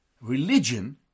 Religion